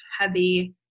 heavy